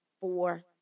four